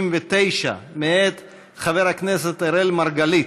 139 מאת חבר הכנסת אראל מרגלית.